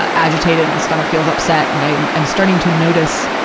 ah agitated. my stomach feels upset. and i'm i'm starting to notice,